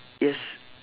yes